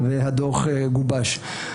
והדוח גובש.